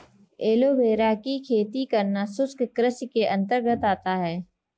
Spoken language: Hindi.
एलोवेरा की खेती करना शुष्क कृषि के अंतर्गत आता है